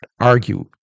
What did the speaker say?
argue